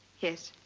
yes.